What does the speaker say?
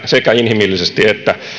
sekä inhimillisesti että